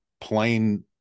plain